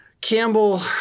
Campbell